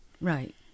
Right